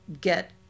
get